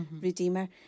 redeemer